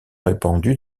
répandue